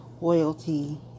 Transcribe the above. Loyalty